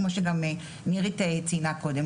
כמו שגם נרית ציינה קודם.